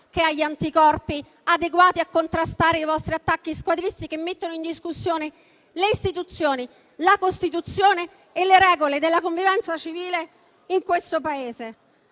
che ha gli anticorpi adeguati a contrastare i vostri attacchi squadristi che mettono in discussione le istituzioni, la Costituzione e le regole della convivenza civile in questo Paese.